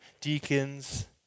deacons